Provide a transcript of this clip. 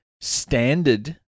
standard